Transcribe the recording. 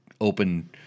open